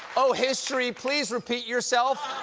oh, history, please repeat yourself.